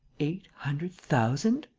eight hundred thousand?